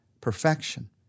perfection